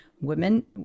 Women